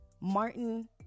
Martin